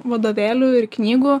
vadovėlių ir knygų